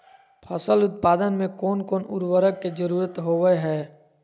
फसल उत्पादन में कोन कोन उर्वरक के जरुरत होवय हैय?